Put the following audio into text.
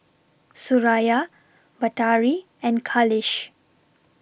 Suraya Batari and Khalish